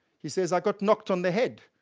he says, i got knocked on the head,